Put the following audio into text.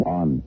on